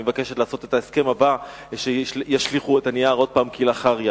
והיא מבקשת לעשות את ההסכם הבא ושישליכו את הנייר עוד פעם כלאחר יד.